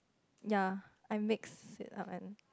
ya I mixed it up and